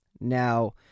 Now